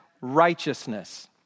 righteousness